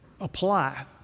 apply